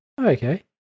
Okay